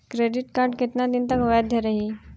Credit card कितना दिन तक वैध रही?